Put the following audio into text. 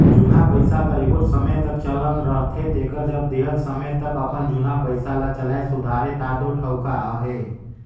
जुनहा पइसा कर एगोट समे तक चलन रहथे तेकर जब देहल समे तक अपन जुनहा पइसा ल चलाए सुधारे ता दो ठउका अहे